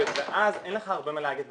ואז אין לך הרבה מה להגיד.